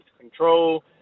control